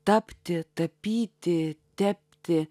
tapti tapyti tepti